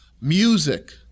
music